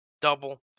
double